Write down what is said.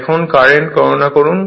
এখন কারেন্ট গণনা করুন